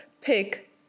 pick